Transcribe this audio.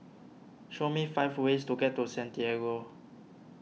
show me five ways to get to Santiago